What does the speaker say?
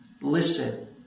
listen